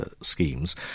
schemes